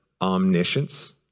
omniscience